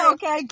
Okay